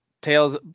Tails